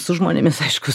su žmonėmis aišku